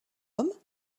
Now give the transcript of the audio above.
homme